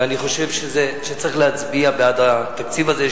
ואני חושב שצריך להצביע בעד התקציב הזה.